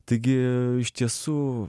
taigi iš tiesų